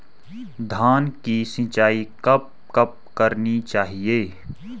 धान की सिंचाईं कब कब करनी चाहिये?